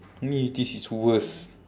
ni this is worse